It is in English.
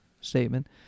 statement